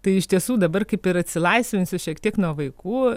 tai iš tiesų dabar kaip ir atsilaisvinsiu šiek tiek nuo vaikų